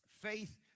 Faith